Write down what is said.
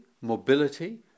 mobility